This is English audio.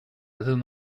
within